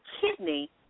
kidney